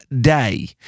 day